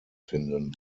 finden